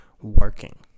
working